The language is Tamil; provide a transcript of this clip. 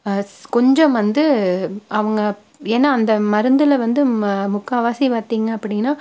ஸ் கொஞ்சம் வந்து அவங்க ஏன்னா அந்த மருந்தில் வந்து ம முக்கால்வாசி பார்த்திங்க அப்படின்னா